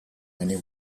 many